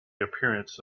appearance